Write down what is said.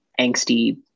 angsty